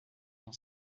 dans